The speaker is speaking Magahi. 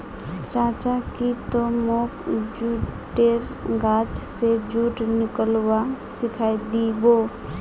चाचा की ती मोक जुटेर गाछ स जुट निकलव्वा सिखइ दी बो